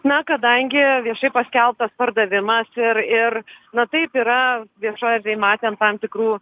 na kadangi viešai paskelbtas pardavimas ir ir na taip yra viešoj erdvėj matėm tam tikrų